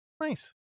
Nice